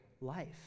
life